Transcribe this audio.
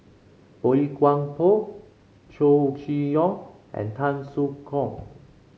Boey Chuan Poh Chow Chee Yong and Tan Soo Khoon